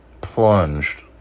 plunged